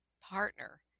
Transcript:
partner